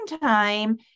time